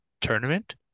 tournament